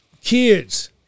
kids